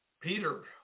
Peter